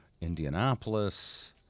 Indianapolis